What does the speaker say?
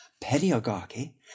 pedagogy